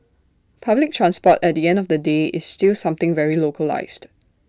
public transport at the end of the day is still something very localised